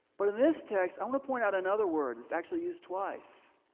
but in this text i'm gonna point out another word, it's actually used twice,